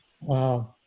Wow